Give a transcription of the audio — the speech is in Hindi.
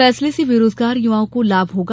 फैसले से बेरोजगार युवाओं को लाभ होगा